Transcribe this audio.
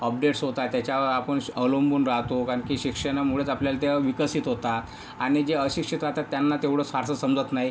updates होत आहेत त्याच्यावर आपण अवलंबून राहतो कारण की शिक्षणामुळेच आपल्याला त्या विकसित होतात आणि जे अशिक्षित राहतात त्यांना तेवढं फारसं समजत नाही